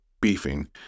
beefing